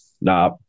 Nah